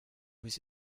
was